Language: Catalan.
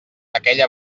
aquella